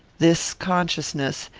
this consciousness,